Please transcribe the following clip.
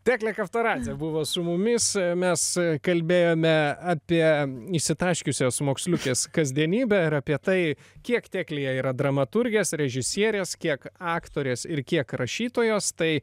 teklė kaftaradzė buvo su mumis mes kalbėjome apie išsitaškiusios moksliukės kasdienybę ir apie tai kiek teklėje yra dramaturgės režisierės kiek aktorės ir kiek rašytojos tai